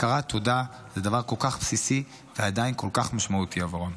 הכרת תודה זה דבר כל כך בסיסי ועדיין כל כך משמעותי בעבורם.